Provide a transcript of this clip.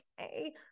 okay